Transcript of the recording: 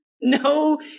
no